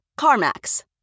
CarMax